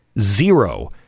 zero